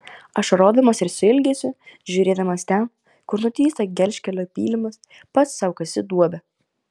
ašarodamas ir su ilgesiu žiūrėdamas ten kur nutįsta gelžkelio pylimas pats sau kasi duobę